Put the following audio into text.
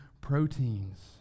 proteins